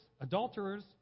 adulterers